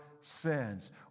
sins